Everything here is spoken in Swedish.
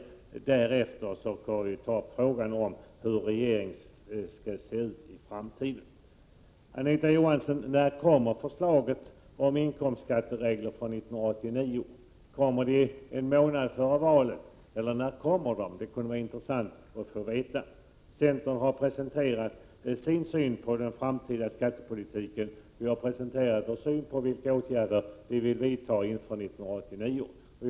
Först därefter får man ta upp frågan om hur regeringen skall se ut i framtiden. När kommer förslaget om inkomstskatteregler för 1989, Anita Johansson? Kommer det en månad före valet, eller när kan vi räkna med att få se det? Det kunde vara intressant att få veta. Centern har presenterat sin syn på den framtida skattepolitiken. Vi har presenterat vår syn på vilka åtgärder vi vill vidta inför 1989.